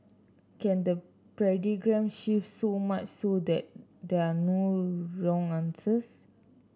can the shift so much so that there are no wrong answers